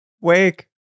wake